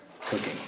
cooking